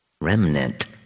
remnant